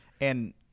And-